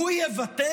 הוא יוותר?